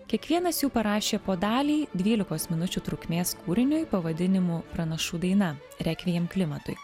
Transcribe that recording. kiekvienas jų parašė po dalį dvylikos minučių trukmės kūriniui pavadinimu pranašų daina rekviem klimatui